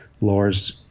Lore's